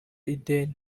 ideni